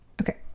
Okay